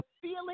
feeling